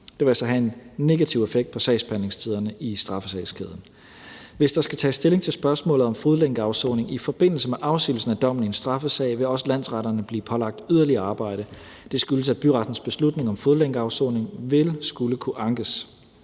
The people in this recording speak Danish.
Det vil altså have en negativ effekt på sagsbehandlingstiderne i straffesagskæden. Hvis der skal tages stilling til spørgsmålet om fodlænkeafsoning i forbindelse med afsigelsen af dommen i en straffesag, vil også landsretterne blive pålagt yderligere arbejde. Det skyldes, at byrettens beslutning om fodlænkeafsoning vil skulle kunne ankes.